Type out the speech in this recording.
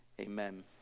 Amen